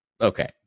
Okay